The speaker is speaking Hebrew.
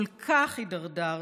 כל כך הידרדרתם,